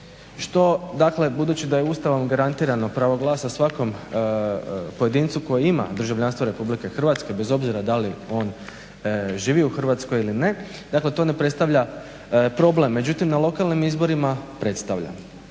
Što, dakle, budući da je Ustavom garantirano pravo glasa svakom pojedincu koji ima državljanstvo RH bez obzira da li on živi u Hrvatskoj ili ne, dakle, to ne predstavlja problem. Međutim, na lokalnim izborima predstavlja.